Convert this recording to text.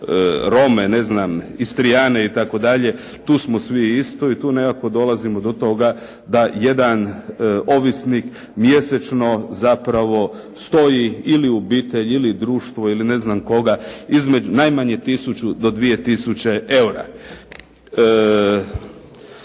Rome, Istrijane itd. tu smo svi isti i tu nekako dolazimo do toga da jedan ovisnik mjesečno zapravo stoji ili u obitelj ili društvo ili ne znam koga, najmanje tisuću do 2 tisuće eura.